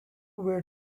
were